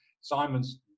Simon's